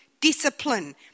discipline